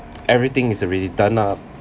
everything is already done up